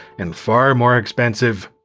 and far more expensive.